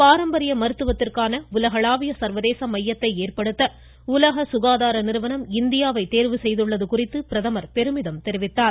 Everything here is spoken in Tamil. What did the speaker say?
பாரம்பரிய மருத்துவத்திற்கான உலகளாவிய சர்வதேச மையத்தை ஏற்படுத்த உலக சுகாதார நிறுவனம் இந்தியாவை தேர்வு செய்துள்ளது குறித்து பிரதமர் பெருமிதம் தெரிவித்தார்